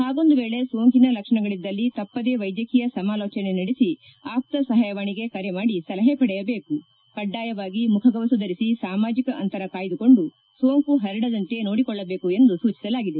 ಹಾಗೊಂದು ವೇಳೆ ಸೋಂಕಿನ ಲಕ್ಷಣಗಳದ್ದಲ್ಲಿ ತಪ್ಪದೇ ವೈದ್ಯಕೀಯ ಸಮಾಲೋಚನೆ ನಡೆಸಿ ಆಪ್ತ ಸಹಾಯವಾಣಿಗೆ ಕರೆ ಮಾಡಿ ಸಲಹೆ ಪಡೆಯಬೇಕು ಕಡ್ಡಾಯವಾಗಿ ಮುಖಗವಸು ಧರಿಸಿ ಸಾಮಾಜಿಕ ಅಂತರ ಕಾಯ್ಲಕೊಂಡು ಸೋಂಕು ಪರಡದಂತೆ ನೋಡಿಕೊಳ್ಲಬೇಕು ಎಂದು ಸೂಚಿಸಲಾಗಿದೆ